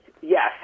Yes